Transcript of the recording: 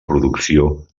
producció